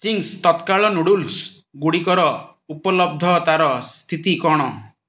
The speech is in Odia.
ଚିଙ୍ଗ୍ସ୍ ତତ୍କାଳ ନୁଡ଼ୁଲ୍ସ୍ଗୁଡ଼ିକର ଉପଲବ୍ଧତାର ସ୍ଥିତି କ'ଣ